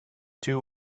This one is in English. two